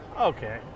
Okay